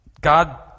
God